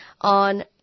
on